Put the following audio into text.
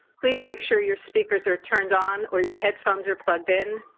please make sure your speakers are turned on or your headphones are plugged in.